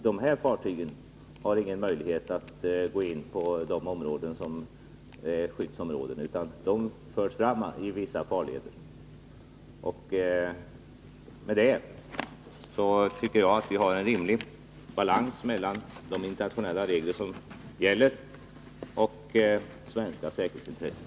De här fartygen har inga möjligheter att gå in iskyddsområden, utan de förs fram i vissa farleder. Därmed tycker jag vi har en rimlig balans mellan de internationella regler som gäller och svenska säkerhetsintressen.